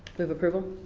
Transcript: move approval.